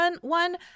one